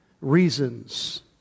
reasons